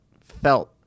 felt